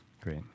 great